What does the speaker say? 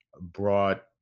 brought